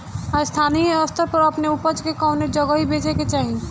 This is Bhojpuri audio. स्थानीय स्तर पर अपने ऊपज के कवने जगही बेचे के चाही?